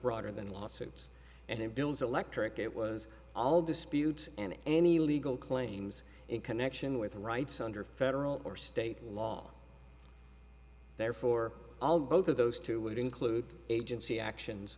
broader than lawsuits and bills electric it was all disputes and any legal claims in connection with rights under federal or state law therefore all both of those two would include agency actions